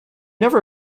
never